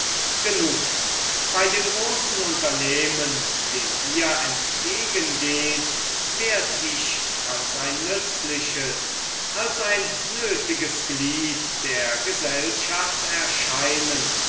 genug bei dem großen unternehmen dem ihr entgegengeht werd ich als ein nützliches als ein nötiges glied der gesellschaft erscheinen